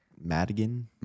Madigan